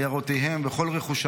את עיירותיהם ואת כל רכושם,